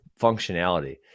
functionality